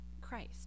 Christ